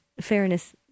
fairness